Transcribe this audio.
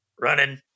running